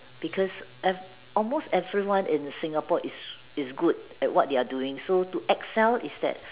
because ev~ almost everyone is Singapore is is good at what they are doing so to excel is that